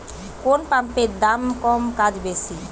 কোন পাম্পের দাম কম কাজ বেশি?